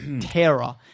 terror